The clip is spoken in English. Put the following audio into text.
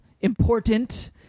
important